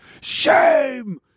shame